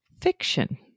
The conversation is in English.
fiction